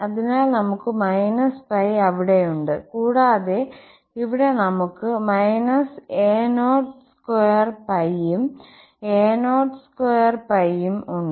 അതിനാൽ നമുക് അവിടെയുണ്ട് കൂടാതെ ഇവിടെ നമുക് a02 യും a02 യും ഉണ്ട്